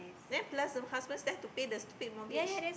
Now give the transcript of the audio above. then plus the husband still have to pay the stupid mortgage